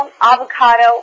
avocado